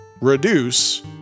reduce